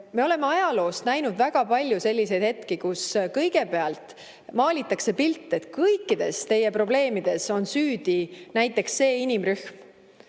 Me oleme ajaloos näinud väga palju selliseid hetki, kui kõigepealt maalitakse pilt, et kõikides probleemides on süüdi näiteks üks inimrühm